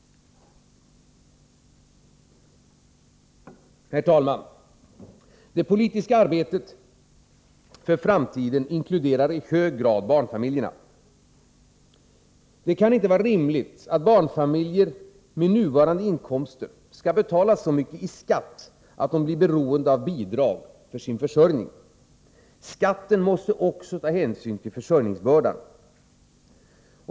Herr talman! Det politiska arbetet för framtiden inkluderar i hög grad barnfamiljerna. Det kan inte vara rimligt att barnfamiljer med nuvarande inkomster skall betala så mycket i skatt att de blir beroende av bidrag för sin försörjning. Skatten måste också ta hänsyn till försörjningsbördan.